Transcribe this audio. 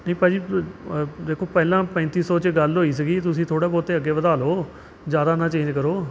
ਅਤੇ ਭਾਅ ਜੀ ਦੇਖੋ ਪਹਿਲਾਂ ਪੈਂਤੀ ਸੌ 'ਚ ਗੱਲ ਹੋਈ ਸੀਗੀ ਤੁਸੀਂ ਥੋੜ੍ਹਾ ਬਹੁਤ ਅੱਗੇ ਵਧਾ ਲਓ ਜ਼ਿਆਦਾ ਨਾ ਚੇਂਜ ਕਰੋ